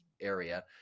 area